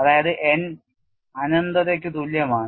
അതായത് n അനന്തതയ്ക്ക് തുല്യമാണ്